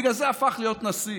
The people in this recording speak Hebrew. בגלל זה הוא הפך להיות נשיא.